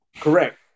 correct